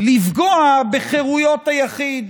לפגוע בחירויות היחיד